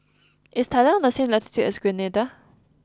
is Thailand on the same latitude as Grenada